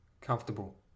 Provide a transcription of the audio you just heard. comfortable